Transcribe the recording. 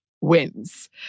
wins